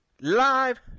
live